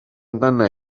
amdana